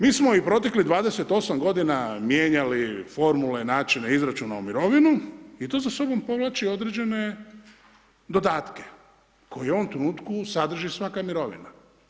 Mi smo i proteklih 28 godina mijenjali formule, načine izračuna u mirovinu i to za sobom povlači određene dodatke koji u ovom trenutku sadrži svaka mirovina.